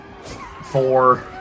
four